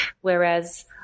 whereas